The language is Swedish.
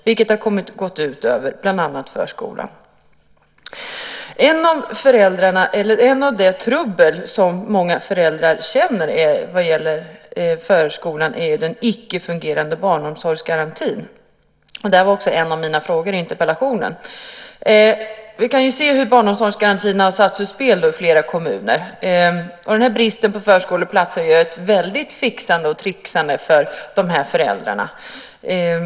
Det har bland annat gått ut över förskolan. Ett av de trubbel som många föräldrar upplever vad gäller förskolan är den icke-fungerande barnomsorgsgarantin. Det var också en av mina frågor i interpellationen. Vi kan se hur barnomsorgsgarantin har satts ur spel i flera kommuner. Bristen på förskoleplatser gör att det blir ett väldigt fixande och tricksande för föräldrarna.